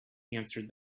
answered